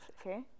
okay